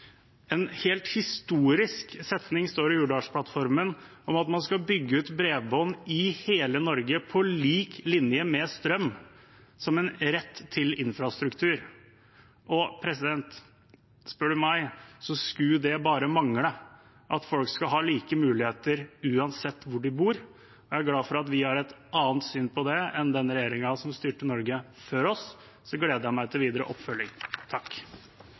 en helt historisk setning i Hurdalsplattformen om at man skal bygge ut bredbånd i hele Norge, og at det er en infrastrukturrettighet på lik linje med strøm. Spør du meg, skulle det bare mangle at folk skal ha like muligheter uansett hvor de bor. Jeg er glad for at vi har et annet syn på det enn den regjeringen som styrte Norge før oss. Jeg gleder meg til videre oppfølging. Jeg vil starte med å si takk